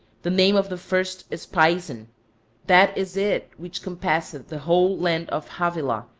the name of the first is pison that is it which compasseth the whole land of havilah,